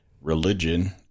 religion